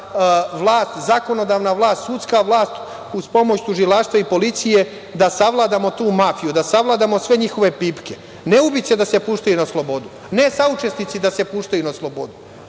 vlast, zakonodavna vlast, sudska vlast uz pomoć tužilaštva i policije, da savladamo tu mafiju, da savladamo sve njihove pipke. Ne ubice da se puštaju na slobodu, ne saučesnici da se puštaju na slobodu,